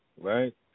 right